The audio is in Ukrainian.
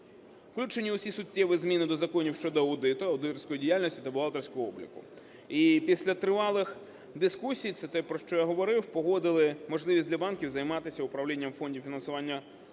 Включені всі суттєві зміни до законів щодо аудиту, аудиторської діяльності та бухгалтерського обліку. І після тривалих дискусій, це те, про що я говорив, погодили можливість для банків займатися управлінням фондів фінансування будівництва та